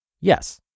Yes